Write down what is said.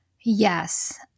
Yes